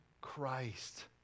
Christ